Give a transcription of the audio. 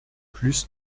plus